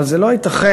אבל זה לא ייתכן,